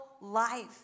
life